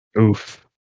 Oof